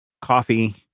coffee